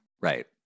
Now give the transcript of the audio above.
Right